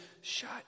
shut